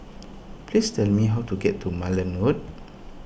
please tell me how to get to Malan Road